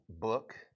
book